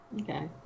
Okay